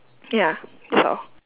ya that's all